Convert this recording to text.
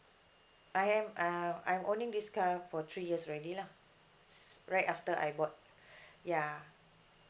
I have err I am owning this car for three years already lah s~ right after I bought ya